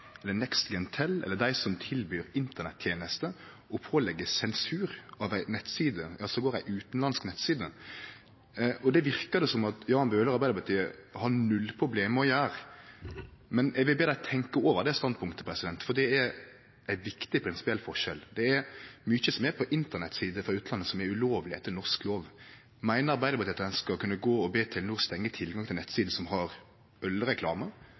eller få slutt på den ulovlege aktiviteten. Det ein ikkje kan gjere, er å gå til Telenor eller NextGenTel eller andre som tilbyr Internett-tenester, og påleggje sensur av ei nettside – ja, endåtil ei utanlandsk nettside. Det verkar det som at Jan Bøhler og Arbeidarpartiet har null problem med å gjere. Men eg vil be dei tenkje over det standpunktet, for det er ein viktig prinsipiell forskjell. Det er mykje som er på Internett-sider frå utlandet som er ulovleg etter norsk lov. Meiner Arbeidarpartiet at ein skal kunne gå og be